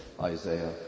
Isaiah